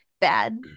Bad